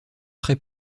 très